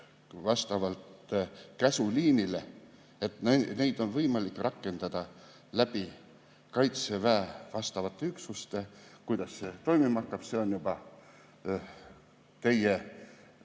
vastavalt käsuliinile, et neid on võimalik rakendada Kaitseväe vastavate üksuste kaudu. Kuidas see toimima hakkab, see on juba teie